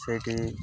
ସେଇଠି